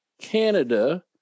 Canada